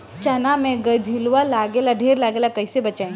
चना मै गधयीलवा लागे ला ढेर लागेला कईसे बचाई?